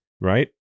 Right